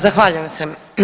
Zahvaljujem se.